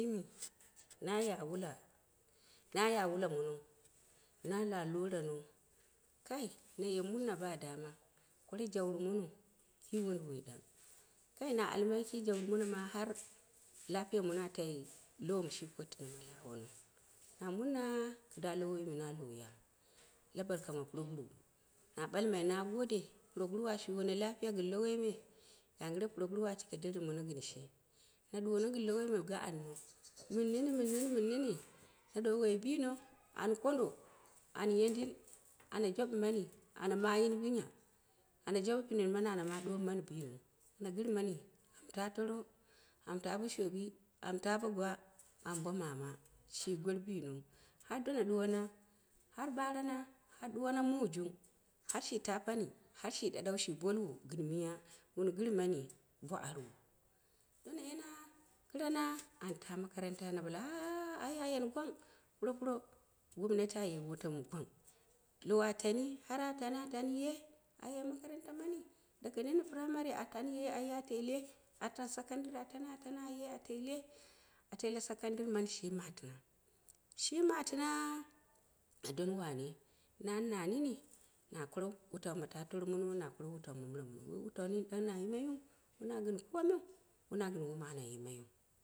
Na ya wula, na ya wula mono na iwa lowo rano, kai na ye murna ba dama, kora jaurɨmono, kii wunduwoi ɗang kawai na almai kii jaurɨmono har kii lafiya mono a tai lowom shi pottina ma la awono na murna kɨda lowoi me. Mɨ na loya, la barka ma puroguro na ɓalma na gode puroguru a shuwa ne lafiya gɨn a tike deren mono gɨn shi ma duwono gɨn lowoi me gaanno mɨn nini mɨn nini mɨn nini ne ɗuweyi biino an kundo, an yedin, ana jabɨma ni, ana mayini binya, ana jobɨni pinen mani ana ma ɗongmani bino ana girmani, ama ta toro, amu ta bo shoowi amu ta bo gwa, amu bo mame shi gwer bino, har dona ɗuwan na, har ɓarana, har ɗuwan mujung har shi ta pani, ha shi ɗaɗau, shi boluwo gɨn miya, wun girmani bo arwu. Dona yana kɨrana an ta makaranta na ɓale ah ai a yeni gwang, puropuro gwam nati a ye wutau mɨ gwang. Lowo a tani, har a tani a tani ye, a ye makaranta man daa nini pɨramary a tani a tele tani a tani secondary a tele teele, a tee secondary mani shi matɨna, shi matɨna a doni wane nani na nini, na koro watau ma taa toro mono, na koro wutau ma mira mono, wuo wutau nini mɨ na yimaiu wona gɨn komiu, wona gɨn wom ana yimaiu.